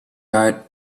heart